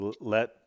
let